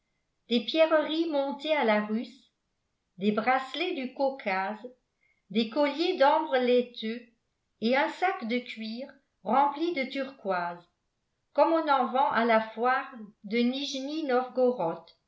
des pierreries montées à la russe des bracelets du caucase des colliers d'ambre laiteux et un sac de cuir rempli de turquoises comme on en vend à la foire de nijni novgorod